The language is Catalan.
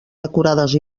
decorades